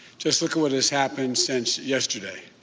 just look at what has happened since yesterday.